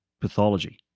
pathology